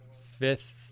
fifth